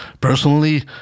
personally